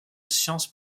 sciences